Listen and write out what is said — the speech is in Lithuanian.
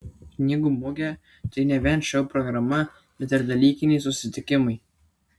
knygų mugė tai ne vien šou programa bet ir dalykiniai susitikimai